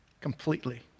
completely